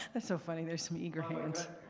ah so funny there're some eager hands.